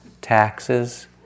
taxes